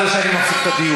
אם אתה לא רוצה לדבר,